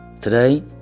Today